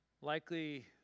likely